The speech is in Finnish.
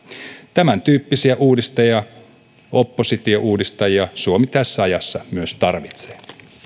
tämäntyyppisiä uudistajia oppositiouudistajia suomi tässä ajassa myös tarvitsee